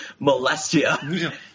Molestia